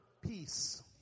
peace